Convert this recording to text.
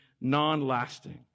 non-lasting